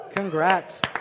Congrats